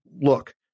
look